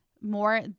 more